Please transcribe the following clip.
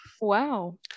Wow